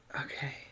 Okay